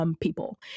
people